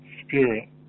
spirit